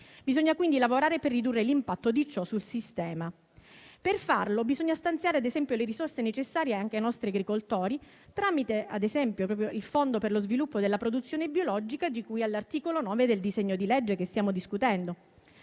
Bisogna quindi lavorare per ridurre l'impatto di ciò sul sistema. Per farlo bisogna stanziare, ad esempio, le risorse necessarie anche ai nostri agricoltori, tramite il fondo per lo sviluppo della produzione biologica di cui all'articolo 9 del disegno di legge che stiamo discutendo.